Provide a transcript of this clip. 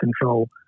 control